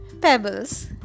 pebbles